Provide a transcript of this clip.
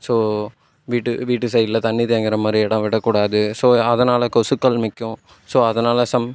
so வீட்டு வீட்டு சைடில் தண்ணி தேங்குகிற மாதிரி இடம் விடக்கூடாது ஸோ அதனால் கொசுக்கள் மிக்கும் ஸோ அதனால் சம்